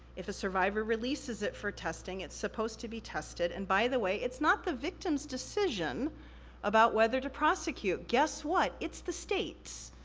if a survivor releases it for testing it's supposed to be tested, and by the way, it's not the victim's decision about whether to prosecute. guess what? it's the state's.